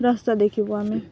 ରାସ୍ତା ଦେଖିବୁ ଆମେ